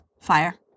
fire